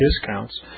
discounts